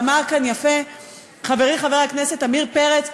ואמר כאן יפה חברי חבר הכנסת עמיר פרץ,